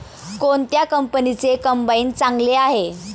कोणत्या कंपनीचे कंबाईन चांगले आहे?